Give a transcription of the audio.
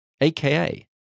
aka